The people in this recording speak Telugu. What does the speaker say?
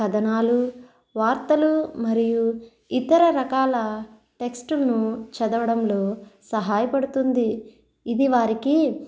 కథనాలు వార్తలు మరియు ఇతర రకాల టెక్స్ట్ను చదవడంలో సహాయపడుతుంది ఇది వారికి